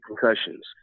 concussions